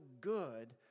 good